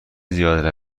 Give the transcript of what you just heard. زیاده